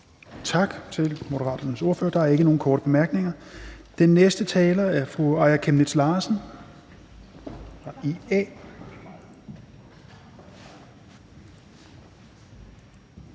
Tak til Moderaternes ordfører. Der er ikke nogen korte bemærkninger. Den næste taler er fru Aaja Chemnitz Larsen